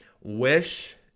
Wish